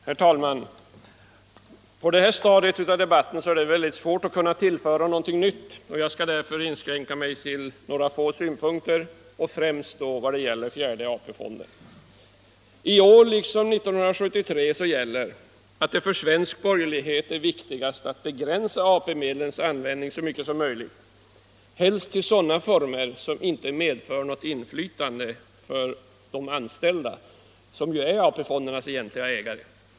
Herr talman! På detta stadium av debatten är det väldigt svårt att tillföra något nytt, och jag skall därför inskränka mig till några få synpunkter, främst beträffande fjärde AP-fonden. I år liksom 1973 gäller att det för svensk borgerlighet är viktigast att begränsa AP-medlens användning så mycket som möjligt till sådana former som inte medger inflytande för de anställda, som ju är AP-fondernas egentliga ägare.